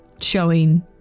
showing